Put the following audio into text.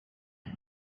amb